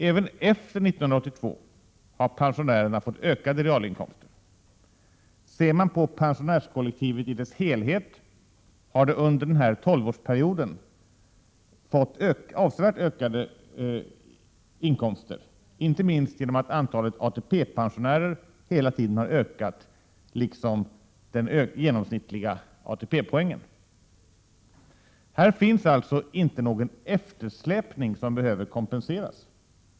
Även efter 1982 har pensionärerna fått ökade realinkomster. Ser man på pensionärskollektivet i dess helhet, finner man att det under den här tolvårsperioden har fått avsevärt högre inkomster — inte minst genom att antalet ATP-pensionärer hela tiden har ökat, liksom den genomsnittliga ATP-poängen har höjts. Här finns det alltså inte någon eftersläpning som behöver kompenseras.